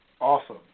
Awesome